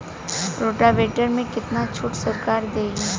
Rotavator में कितना छूट सरकार देही?